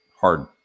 hard